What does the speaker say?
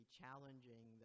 challenging